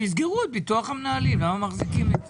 שיסגרו את ביטוח המנהלים, למה מחזיקים את זה?